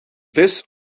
this